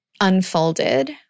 unfolded